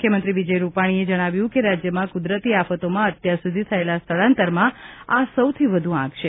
મુખ્યમંત્રી વિજય રૂપાણીએ જણાવ્યું હતું કે રાજ્યમાં કુદરતી આફતોમાં અત્યાર સુધી થયેલા સ્થળાંતરમાં આ સૌથી વધુ આંક છે